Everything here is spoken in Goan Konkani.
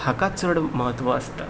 हाका चड म्हत्व आसता